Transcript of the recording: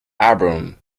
album